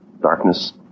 darkness